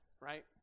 right